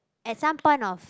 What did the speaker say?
at some point of